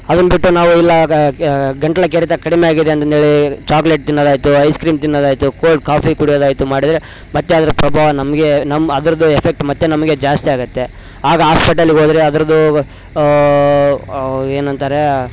ಅದನ್ನು ಬಿಟ್ಟು ನಾವು ಇಲ್ಲ ಗಂಟ್ಲು ಕೆರೆತ ಕಡಿಮೆ ಆಗಿದೆ ಅಂತಂದೇಳಿ ಚೋಕ್ಲೆಟ್ ತಿನ್ನೋದಾಯಿತು ಐಸ್ ಕ್ರೀಮ್ ತಿನ್ನೋದಾಯಿತು ಕೋಲ್ಡ್ ಕಾಫಿ ಕುಡಿಯೋದಾಯ್ತು ಮಾಡಿದರೆ ಮತ್ತೆ ಅದ್ರ ಪ್ರಭಾವ ನಮಗೆ ನಮ್ಮ ಅದ್ರುದ್ದು ಎಫೆಕ್ಟ್ ಮತ್ತೆ ನಮಗೆ ಜಾಸ್ತಿ ಆಗುತ್ತೆ ಆಗ ಹಾಸ್ಪಿಟಲಿಗೋದರೆ ಅದ್ರದ್ದು ಏನಂತಾರೆ